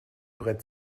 brett